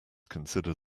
consider